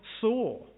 saw